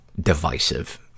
divisive